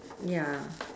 ya